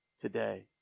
today